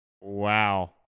Wow